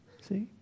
See